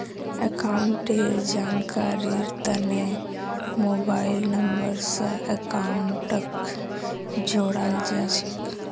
अकाउंटेर जानकारीर तने मोबाइल नम्बर स अकाउंटक जोडाल जा छेक